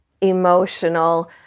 emotional